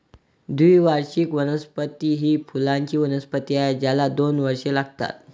द्विवार्षिक वनस्पती ही फुलांची वनस्पती आहे ज्याला दोन वर्षे लागतात